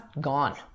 gone